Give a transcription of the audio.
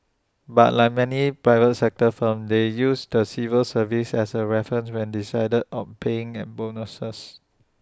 but like many private sector firms they use the civil service as A reference when deciding on paying and bonuses